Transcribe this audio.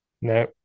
No